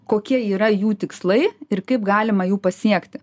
kokie yra jų tikslai ir kaip galima jų pasiekti